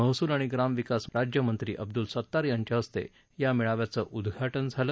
महसुल आणि ग्रामविकास राज्यमंत्री अब्दूल सत्तार यांच्या हस्ते या मेळाव्याचं उद्घाटन झालं